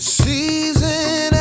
season